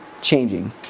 changing